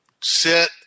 sit